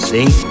See